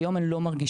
והיום הן לא מרגישות.